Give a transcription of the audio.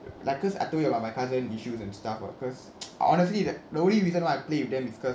like cause I told you about my cousin issues and stuff [what] because honestly that the only reason I play with them is because